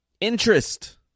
interest